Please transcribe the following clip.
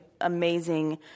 amazing